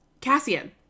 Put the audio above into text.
Cassian